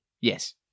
Yes